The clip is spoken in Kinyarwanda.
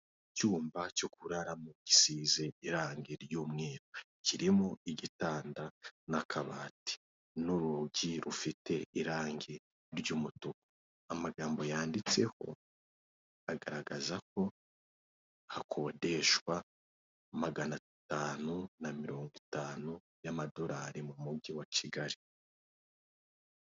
Icyumba cyo kuraramo gisize irangi ry'umweru, kirimo igitanda n'akabati n'urugi rufite irangi ry'umutuku. Amagambo yanditseho agaragaza ko hakodeshwa magana atanu na mirongo itanu y'amadolari mu mujyi wa Kigali.